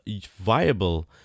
viable